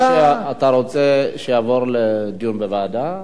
אתה רוצה שזה יעבור לדיון בוועדה?